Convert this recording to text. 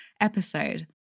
episode